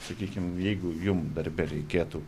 sakykim jeigu jum darbe reikėtų